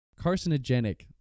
carcinogenic